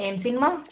ఏం సినిమా